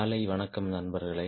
காலை வணக்கம் நண்பர்களே